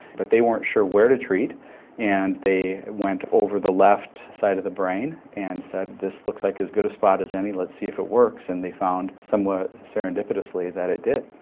but they weren't sure where to treat and they went over the left side of the brain and said this looks like as good a spot as any, let's see if it works, and they found somewhat serendipitously that it did.